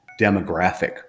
demographic